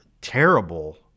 terrible